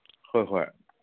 ꯍꯣꯏ ꯍꯣꯏ